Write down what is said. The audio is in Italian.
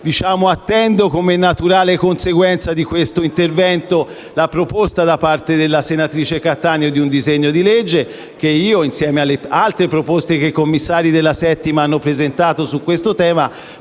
Attendo pertanto, come naturale conseguenza di tale intervento, la proposta della senatrice Cattaneo di un disegno di legge che io, insieme alle altre proposte che i commissari della 7a Commissione hanno presentato su questo tema,